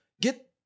Get